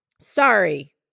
Sorry